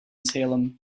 salem